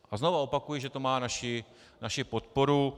A znovu opakuji, že to má naši podporu.